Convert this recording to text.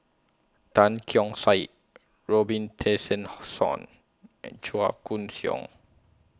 Tan Keong Saik Robin and Chua Koon Siong